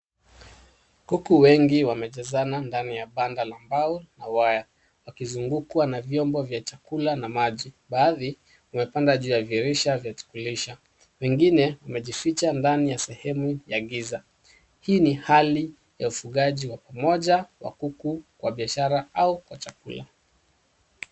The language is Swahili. Kuku wengi wamejazana ndani ya banda la mbao na waya, wakizungukwa na vyombo vya chakula na maji. Baadhi wamepanda juu ya dirisha vya kulisha, wengine wamejificha ndani ya sehemu ya giza. Hii ni hali ya ufugaji wa pamoja wa kuku kwa biashara au kwa chakula.